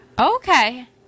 Okay